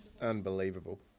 unbelievable